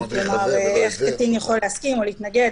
איך קטין יכול להסכים או להתנגד